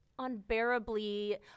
unbearably –